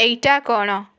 ଏଇଟା କ'ଣ